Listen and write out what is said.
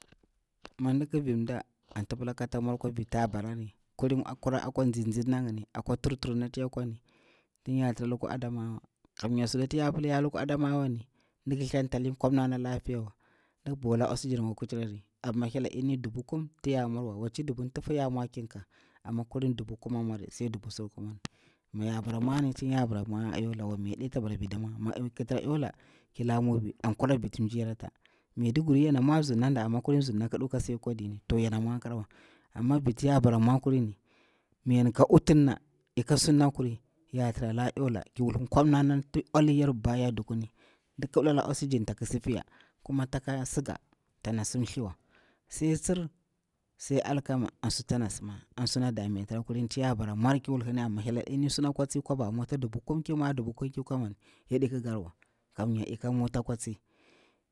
Mi ndiki vi mɗa an ndi pila kata mwar akwa vir ti ta barari, kulin kurari akwa nzinzina na ngini, akwa thrtur kur ti yakwani, ya pila ya lukwa adamawa, sunati ya pila ya lukwa adamawa ni, nɗiki thentali apir nkwarmana lafiya wa, nɗi vok oxygen akwa kucirari amma hyel aɗini dubu kuma tiya mwarwa, waci dubu tufu ya mwa ki ka'a amma kulini dubu kume a mwarwa sai dubu sur kumari, miya bara mwani taya bare mwa a yola miwa veɗi ti ya kwa bara mwar a mubi an kura viti mjiryaru ata, maiduguri yara mwari mzirna a nɗa, amma kulini mzirnan ƙi ɗuwa kasi akwa dini, yana mwa kriwa, amma viti ya bara mwa kulini ni yanka wutirna, yaka surna kuri ya tira la yola, ƙi wulli nkwar mana, nɗi kibalari oxygen tak sifiya, kuma taka siga tana sim mthiwa sai tsir, sai alkara an sunati tana sirna, an suna damitira kulini tiya bara mwarni ki wulhini, amma hyel a ɗini kwaba moto dubu kuma ki mwari dubu kuma ki kawa, yaɗi kikkarwa, kara nya yaka mutu a kwa tsi.